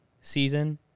season